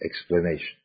explanation